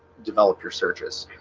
develop your searches.